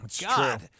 God